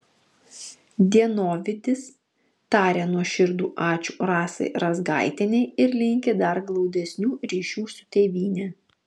dienovidis taria nuoširdų ačiū rasai razgaitienei ir linki dar glaudesnių ryšių su tėvyne